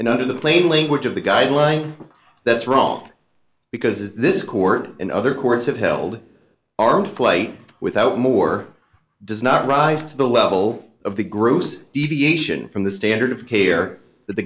and under the plain language of the guideline that's wrong because this court and other courts have held armed flight without more does not rise to the level of the gross deviation from the standard of care that the